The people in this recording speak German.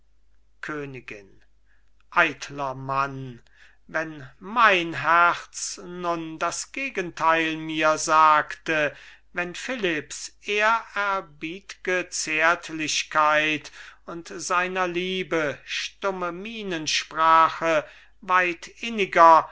königin eitler mann wenn mein herz nun das gegenteil mir sagte wenn philipps ehrerbietge zärtlichkeit weit inniger